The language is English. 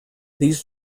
these